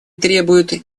требуют